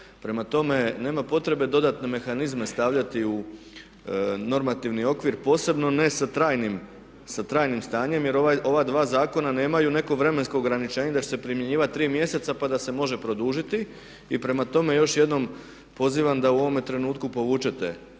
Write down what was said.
Prema tome, nema potrebe dodatne mehanizme stavljati u normativni okvir posebno ne sa trajnim stanjem, jer ova dva zakona nemaju neko vremensko ograničenje da će se primjenjivati tri mjeseca pa da se može produžiti. I prema tome, još jednom pozivam da u ovome trenutku povučete